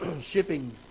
shipping